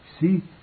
See